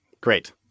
Great